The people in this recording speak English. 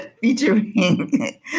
featuring